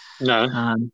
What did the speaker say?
No